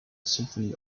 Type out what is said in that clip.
symphony